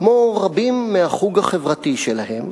כמו רבים מהחוג החברתי שלהם,